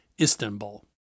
Istanbul